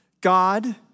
God